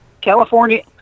California